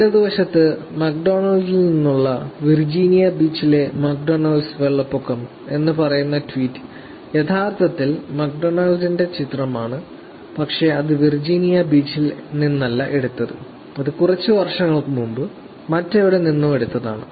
ഇടതുവശത്ത് മക്ഡൊണാൾഡിൽ നിന്നുള്ള വിർജീനിയ ബീച്ചിലെ മക്ഡൊണാൾഡ്സ് വെള്ളപ്പൊക്കം എന്ന് പറയുന്ന ട്വീറ്റ് യഥാർത്ഥത്തിൽ മക്ഡൊണാൾഡിന്റെ ചിത്രമാണ് പക്ഷേ അത് വിർജീനിയ ബീച്ചിൽ നിന്നല്ല എടുത്തത് അത് കുറച്ച് വർഷങ്ങൾക്ക് മുമ്പ് മറ്റെവിടെ നിന്നോ എടുത്തതാണ്